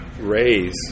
raise